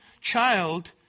child